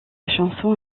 chanson